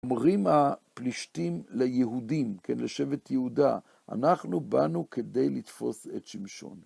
אומרים הפלישתים ליהודים, כן? לשבט יהודה: אנחנו באנו כדי לתפוס את שמשון.